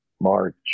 march